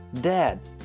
Dad